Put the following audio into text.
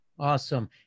Awesome